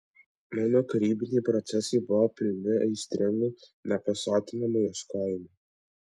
mano kūrybiniai procesai buvo pilni aistringų nepasotinamų ieškojimų